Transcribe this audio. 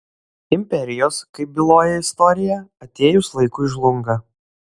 imperijos kaip byloja istorija atėjus laikui žlunga